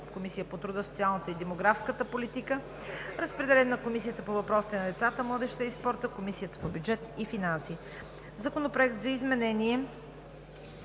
Комисията по труда, социалната и демографската политика. Разпределен е и на Комисията по въпросите на децата, младежта и спорта, Комисията по бюджет и финанси. Законопроект за изменение